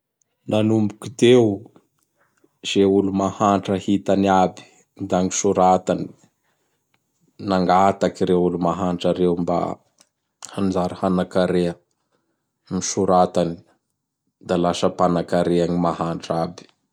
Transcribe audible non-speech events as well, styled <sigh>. <noise> Nanomboky teo, ze olo mahantra hitany aby da gnisoratany. Nangataky ireo olo mahantra reo mba hanjary hanan-karea. Nisoratany da lasa mpanakarea gny mahantra aby.